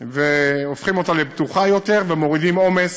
והופכים אותה לפתוחה יותר ומורידים עומס